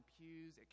pews